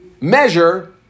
measure